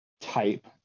type